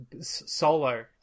solo